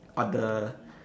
other